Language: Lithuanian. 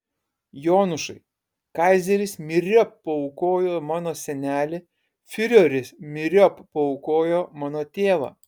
jonušai kaizeris myriop paaukojo mano senelį fiureris myriop paaukojo mano tėvą